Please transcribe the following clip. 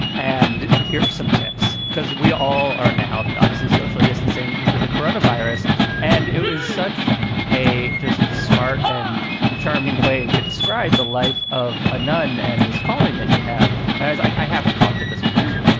and here are some tips because we all are now obviously socially just insane. the corona virus and it is such a just smart and charming way to describe the life of a nun. and this column that you have as i have to talk to this person.